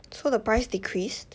so the price decreased